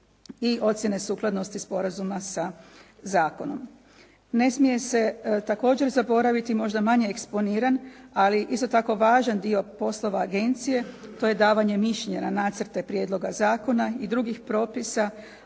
i ocjene sukladnosti sporazuma sa zakonom. Ne smije se također zaboraviti možda manje eksponiran, ali isto tako važan dio poslova agencije to je davanje mišljenja na nacrte prijedloga zakona i drugih propisa,